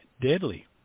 deadly